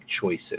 choices